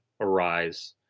arise